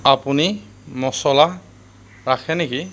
আপুনি মচলা ৰাখে নেকি